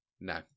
No